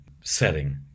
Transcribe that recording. setting